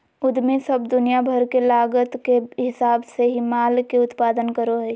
उद्यमी सब दुनिया भर के लागत के हिसाब से ही माल के उत्पादन करो हय